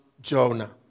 Jonah